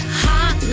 hot